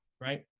right